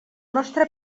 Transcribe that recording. nostre